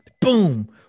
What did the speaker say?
boom